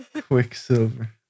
Quicksilver